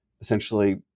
essentially